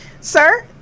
sir